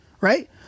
right